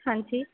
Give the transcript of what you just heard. ਹਾਂਜੀ